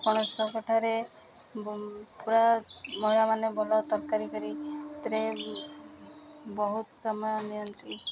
ପଣସ କଠାରେ ପୁରା ମହିଳାମାନେ ଭଲ ତରକାରୀ କରି ସେଥିରେ ବହୁତ ସମୟ ନିଅନ୍ତି